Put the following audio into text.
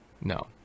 No